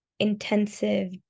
intensive